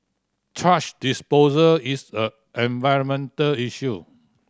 thrash disposal is a environmental issue